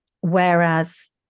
whereas